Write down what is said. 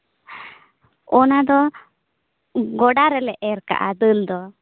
ᱚᱱᱟᱫᱚ ᱜᱚᱰᱟ ᱨᱮᱞᱮ ᱮᱨ ᱠᱟᱜᱼᱟ ᱫᱟᱹᱞ ᱫᱚ